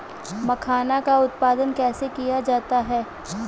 मखाना का उत्पादन कैसे किया जाता है?